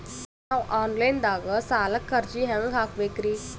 ನಾವು online ದಾಗ ಸಾಲಕ್ಕ ಅರ್ಜಿ ಹೆಂಗ ಹಾಕಬೇಕ್ರಿ?